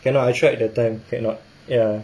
cannot I tried that time cannot ya